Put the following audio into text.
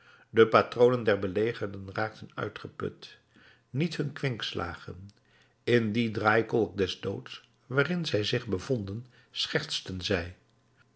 de patronen der belegerden raakten uitgeput niet hun kwinkslagen in dien draaikolk des doods waarin zij zich bevonden schertsten zij